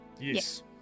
Yes